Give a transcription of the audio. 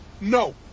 No